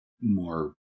more